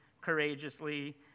courageously